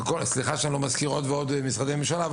סליחה שאני לא מזכיר עוד ועוד משרדי ממשלה,